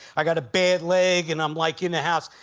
i got a bad leg, and i'm like in the house.